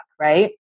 right